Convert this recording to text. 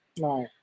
right